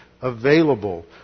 available